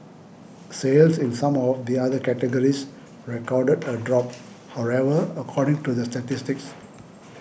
sales in some of the other categories recorded a drop however according to the statistics